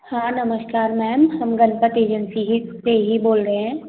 हाँ नमस्कार मैम हम गनपत एजेंसी ही से ही बोल रहे हैं